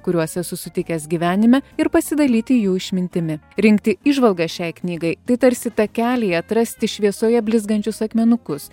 kuriuos esu sutikęs gyvenime ir pasidalyti jų išmintimi rinkti įžvalgas šiai knygai tai tarsi takelyje atrasti šviesoje blizgančius akmenukus